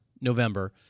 November